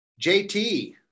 JT